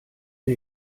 wir